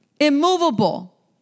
immovable